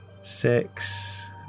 Six